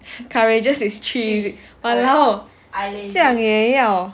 courageous is three !walao! 这样也要